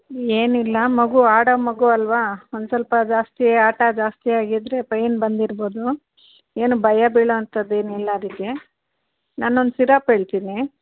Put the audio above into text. ಏನಿಲ್ಲ ಮಗು ಆಡೋ ಮಗು ಅಲ್ಲವ ಒಂದು ಸ್ವಲ್ಪ ಜಾಸ್ತಿ ಆಟ ಜಾಸ್ತಿ ಆಗಿದ್ದರೆ ಪೈನ್ ಬಂದಿರ್ಬೋದು ಏನು ಭಯಬೀಳೊಂತದ್ ಏನಿಲ್ಲ ಅದಕ್ಕೆ ನಾನೊಂದು ಸಿರಪ್ ಹೇಳ್ತೀನಿ